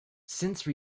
since